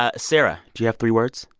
ah sarah, do you have three words?